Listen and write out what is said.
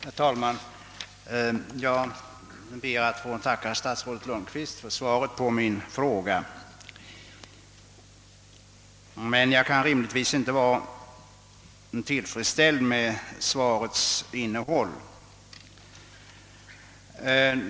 Herr talman! Jag ber att få tacka statsrådet Lundkvist för svaret på min fråga. Jag kan dock rimligtvis inte vara tillfredsställd med svarets innehåll.